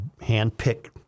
handpick